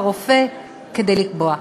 ב"אסף הרופא" כדי לקבוע.